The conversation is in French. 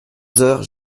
heures